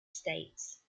states